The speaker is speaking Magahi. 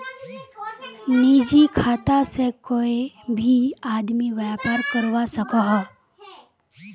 निजी खाता से कोए भी आदमी व्यापार करवा सकोहो